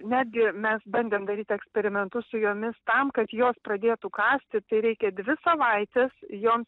netgi mes bandėm daryti eksperimentus su jomis tam kad jos pradėtų kąsti tai reikia dvi savaites joms